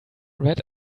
read